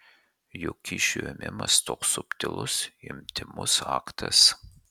juk kyšio ėmimas toks subtilus intymus aktas